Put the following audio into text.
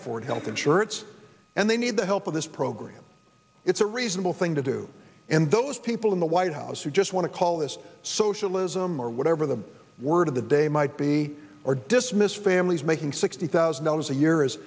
afford health insurance and they need the help of this program it's a reasonable thing to do and those people in the white house who just want to call this socialism or whatever the word of the day might be or dismiss families making sixty thousand dollars a year is